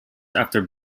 after